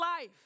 life